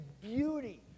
beauty